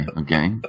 okay